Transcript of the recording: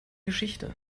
geschichte